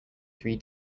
three